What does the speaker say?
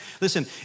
Listen